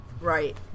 Right